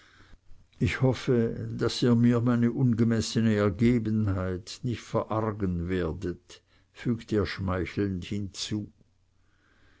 ich hoffe daß ihr mir meine ungemessene ergebenheit nicht verargen werdet fügte er schmeichelnd hinzu